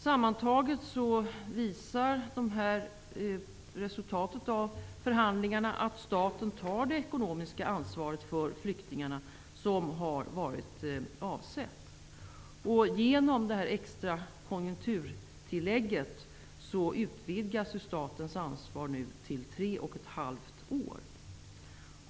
Sammantaget visar resultatet av förhandlingarna att staten, så som har varit avsett, tar det ekonomiska ansvaret för flyktingarna. Genom det extra konjunkturtillägget utvidgas statens ansvar till 3,5 år.